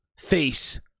face